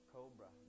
Cobra